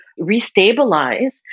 restabilize